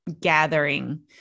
gathering